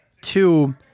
Two